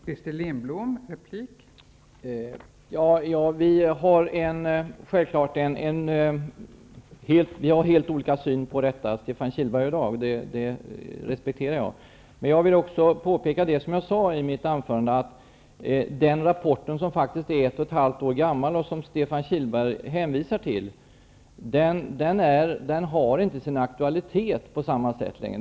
Fru talman! Stefan Kihlberg och jag har självfallet helt olika syn på detta -- det respekterar jag. Jag vill också påpeka det som jag sade i mitt anförande, dvs. att den rapport som är ett och ett halvt år gammal och som Stefan Kihlberg hänvisar till, inte längre har sin aktualitet på samma sätt.